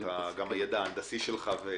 גם על הידע ההנדסי שלך.